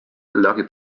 lucky